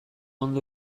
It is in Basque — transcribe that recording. ondo